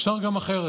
אפשר גם אחרת.